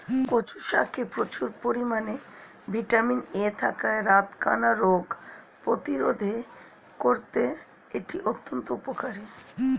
কচু শাকে প্রচুর পরিমাণে ভিটামিন এ থাকায় রাতকানা রোগ প্রতিরোধে করতে এটি অত্যন্ত উপকারী